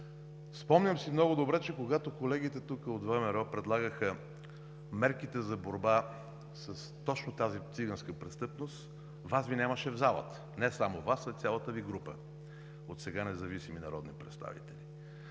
спомням си много добре, че когато колегите тук от ВМРО предлагаха мерките за борба с точно тази циганска престъпност, Вас Ви нямаше в залата, не само Вас, а цялата Ви група, от сега независими народни представители.